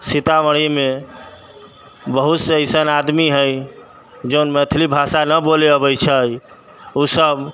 सीतामढ़ीमे बहुत से अइसन आदमी हइ जन मैथिली भाषा नहि बोलऽ अबै छै ओसब